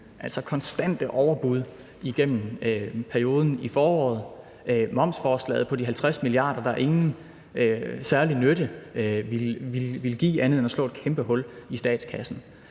altså konstante overbud igennem perioden i foråret, momsforslaget på de 50 mia. kr., der ingen særlig nytte ville give andet end at slå et kæmpe hul i statskassen.